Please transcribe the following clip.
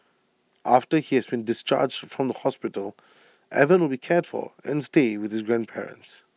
after he has been discharged from the hospital Evan will be cared for and stay with his grandparents